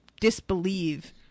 disbelieve